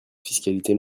fiscalité